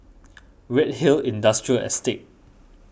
Redhill Industrial Estate